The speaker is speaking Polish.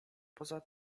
poza